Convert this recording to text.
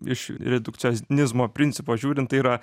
iš redukcijos nizmo principo žiūrint tai yra